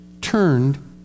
turned